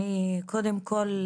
קודם כל,